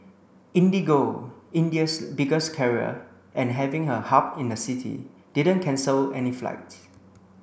IndiGo India's biggest carrier and having a hub in the city didn't cancel any flights